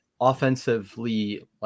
offensively